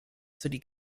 city